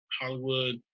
hollywood